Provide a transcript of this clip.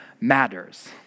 matters